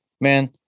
man